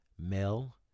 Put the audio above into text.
Mel